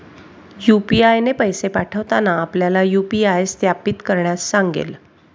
UPI ने पैसे पाठवताना आपल्याला यू.पी.आय सत्यापित करण्यास सांगेल